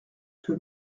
que